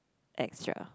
extra